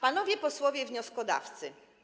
Panowie Posłowie Wnioskodawcy!